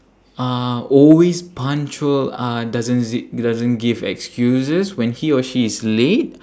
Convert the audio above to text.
uh always punctual uh doesn't z~ doesn't give excuses when he or she is late